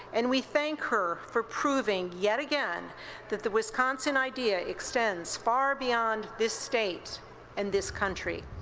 and we thank her for proving yet again that the wisconsin idea extends far beyond this state and this country.